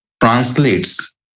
translates